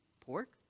pork